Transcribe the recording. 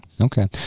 Okay